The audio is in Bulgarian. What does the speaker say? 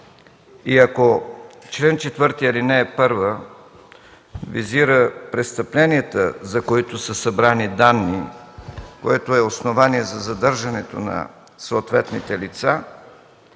и ако чл. 4, ал. 1 визира престъпленията, за които са събрани данни, което е основание за задържането на съответните лица,